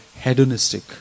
hedonistic